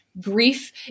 Grief